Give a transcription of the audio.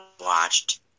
watched